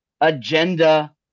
agenda